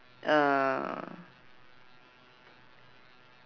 err